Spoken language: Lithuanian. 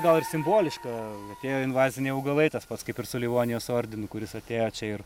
gal ir simboliška tie invaziniai augalai tas pats kaip ir su livonijos ordinu kuris atėjo čia ir